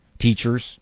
teachers